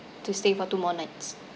to stay for two more nights